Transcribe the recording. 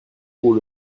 pour